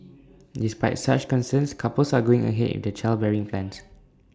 despite such concerns couples are going ahead in their childbearing plans